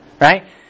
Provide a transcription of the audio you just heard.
right